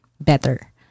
better